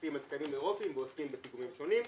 המבוססים על תקנים אירופיים ועוסקים בפיגומים שונים.